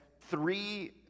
three